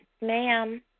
ma'am